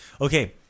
Okay